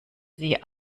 sie